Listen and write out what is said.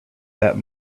that